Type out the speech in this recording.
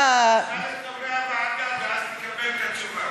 במהלך, תשאל את חברי הוועדה, ואז תקבל את התשובה.